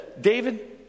David